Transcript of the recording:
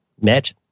met